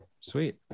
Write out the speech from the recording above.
Sweet